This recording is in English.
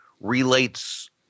relates